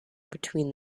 between